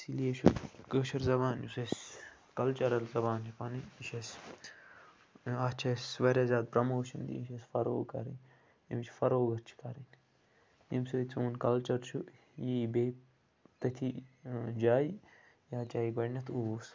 اِسلیے چھُ کٲشُر زَبان یُس اَسہِ کَلچَرَل زبان چھِ پَنٕنۍ چھِ اَسہِ اَتھ چھِ اَسہِ وارِیاہ زیادٕ پَرموشَن دِنۍ یہِ چھِ اَسہِ فروغ کَرٕنۍ اَمِچ فَروغت چھِ کَرٕنۍ اَمہِ سٍتۍ سون کَلچَر چھُ یہِ یِیہِ بیٚیہِ تٔتھی جایہِ یِتھ جایہِ گۅڈنیَتھ اوس